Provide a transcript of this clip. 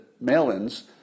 mail-ins